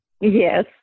yes